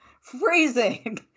Freezing